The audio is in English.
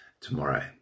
tomorrow